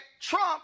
Trump